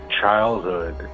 childhood